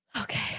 Okay